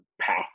path